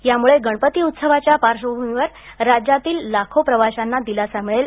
त्यामुळे गणपती उत्सवाच्या पार्श्वभूमीवर राज्यातील लाखो प्रवाशांना दिलासा मिळेल